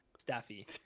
staffy